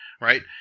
Right